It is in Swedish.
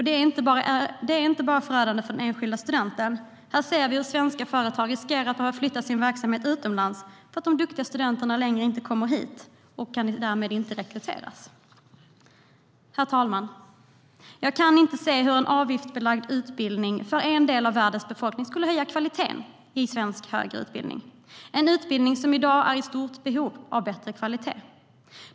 Det är inte bara förödande för den enskilda studenten. Här ser vi hur svenska företag riskerar att behöva flytta sin verksamhet utomlands för att de duktiga studenterna inte längre kommer hit och därmed inte kan rekryteras. Herr talman! Jag kan inte se hur en avgiftsbelagd utbildning för en del av världens befolkning skulle höja kvaliteten i svensk högre utbildning. Det är en utbildning som i dag är i stort behov av bättre kvalitet.